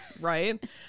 right